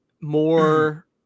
more